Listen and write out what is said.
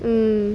mm